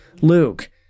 Luke